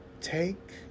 Take